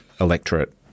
electorate